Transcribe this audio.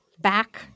back